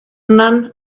none